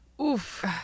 Oof